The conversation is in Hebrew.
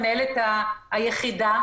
המנהלת היחידה,